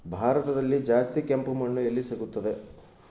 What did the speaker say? ಭಾರತದಲ್ಲಿ ಜಾಸ್ತಿ ಕೆಂಪು ಮಣ್ಣು ಎಲ್ಲಿ ಸಿಗುತ್ತದೆ?